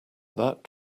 that